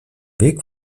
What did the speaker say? weg